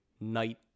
night